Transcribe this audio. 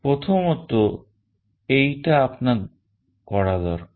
প্রথমত এইটা আপনার করা দরকার